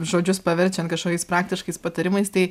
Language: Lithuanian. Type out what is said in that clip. žodžius paverčiant kažkokiais praktiškais patarimais tai